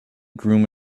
groom